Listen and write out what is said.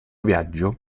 viaggio